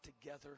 together